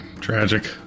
tragic